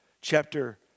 chapter